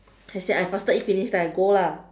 I say I faster eat finish then I go lah